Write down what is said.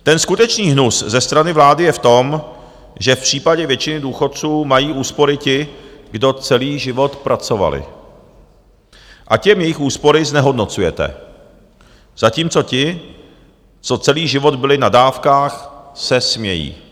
Ten skutečný hnus ze strany vlády je v tom, že v případě většiny důchodců mají úspory ti, kdo celý život pracovali, a těm jejich úspory znehodnocujete, zatímco ti, co celý život byli na dávkách, se smějí.